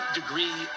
degree